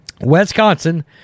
Wisconsin